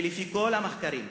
לפי כל המחקרים,